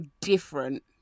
different